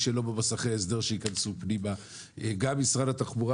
שלא נמצא במוסכי ההסדר ייכנס פנימה; גם משרד התחבורה